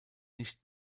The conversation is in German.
nicht